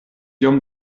iom